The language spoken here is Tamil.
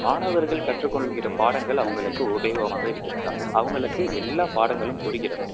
மாணவர்கள் கற்றுக்கொள்கிற பாடங்கள் அவங்களுக்கு உபயோகமாக இருக்கிறதா அவங்களுக்கு எல்லா பாடங்களும் புரிகிறதா